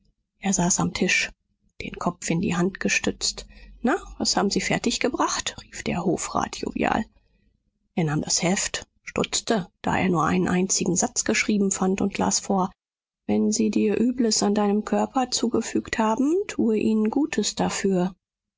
er saß am tisch den kopf in die hand gestützt na was haben sie fertiggebracht rief der hofrat jovial er nahm das heft stutzte da er nur einen einzigen satz geschrieben fand und las vor wenn sie dir übles an deinem körper zugefügt haben tue ihnen gutes dafür